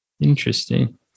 Interesting